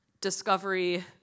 discovery